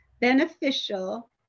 beneficial